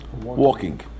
walking